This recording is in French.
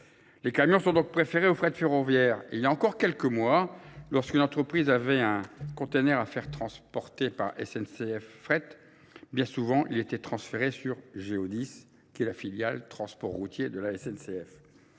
Les camions sont donc préférés aux frais de ferroviaire. Il y a encore quelques mois, lorsqu'une entreprise avait un conteneur à faire transporter par SNCF fret, bien souvent il était transféré sur Géodis, qui est la filiale transport routier de la SNCF.